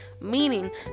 meaning